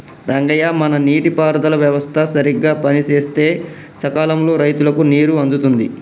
రంగయ్య మన నీటి పారుదల వ్యవస్థ సరిగ్గా పనిసేస్తే సకాలంలో రైతులకు నీరు అందుతుంది